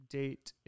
date